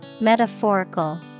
Metaphorical